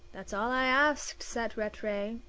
that's all i ask, said rattray.